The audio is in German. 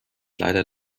leider